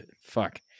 Fuck